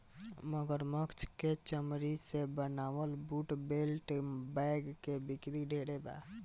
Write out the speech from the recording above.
मगरमच्छ के चमरी से बनावल बूट, बेल्ट, बैग के बिक्री ढेरे बा